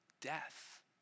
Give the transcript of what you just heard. death